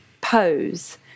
pose